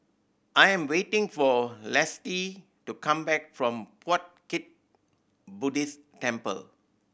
I am waiting for Lisette to come back from Puat Jit Buddhist Temple